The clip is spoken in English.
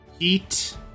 Eat